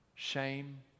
Shame